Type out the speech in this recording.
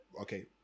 okay